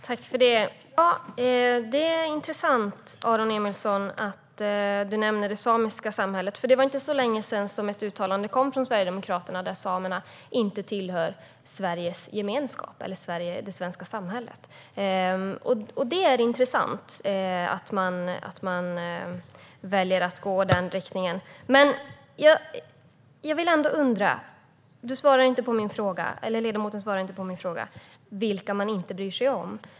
Herr talman! Det är intressant, Aron Emilsson, att du nämner det samiska samhället, för det var inte så länge sedan det kom ett uttalande från Sverigedemokraterna om att samerna inte tillhör Sveriges gemenskap eller det svenska samhället. Det är intressant att man väljer att gå i den riktningen. Men ledamoten svarar inte på min fråga: Vilka bryr man sig inte om?